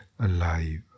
Alive